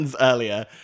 earlier